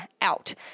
out